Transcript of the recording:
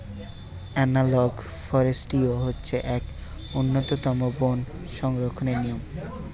analogue forestry হচ্ছে এক উন্নতম বন সংরক্ষণের নিয়ম